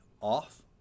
off